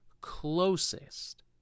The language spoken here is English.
closest